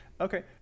Okay